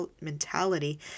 mentality